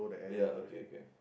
ya okay can